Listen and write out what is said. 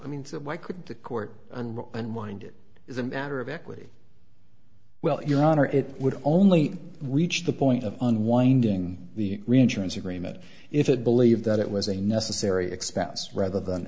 i mean why couldn't the court unwind it is a matter of equity well your honor it would only reach the point of unwinding the reinsurance agreement if it believed that it was a necessary expense rather than